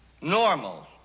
normal